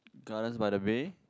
Gardens-by-the-Bay